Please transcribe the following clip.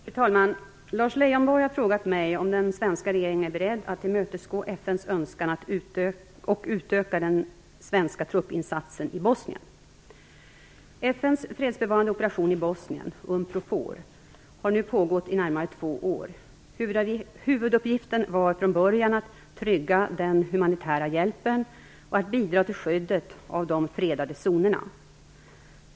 Fru talman! Lars Leijonborg har frågat mig om den svenska regeringen är beredd att tillmötesgå FN:s önskan och utöka den svenska truppinsatsen i Bosnien. FN:s fredsbevarande operation i Bosnien, Unprofor, har nu pågått i närmare två år. Huvuduppgiften var från början att trygga den humanitära hjälpen och att bidra till skyddet av de fredade zonerna.